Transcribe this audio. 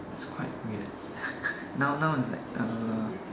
is quite weird noun noun is like err